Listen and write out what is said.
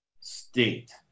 State